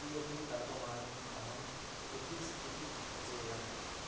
कियति तापमाने अहं कुकीस् इति पचेयम्